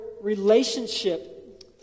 relationship